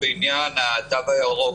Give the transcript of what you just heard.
בעניין התו הירוק.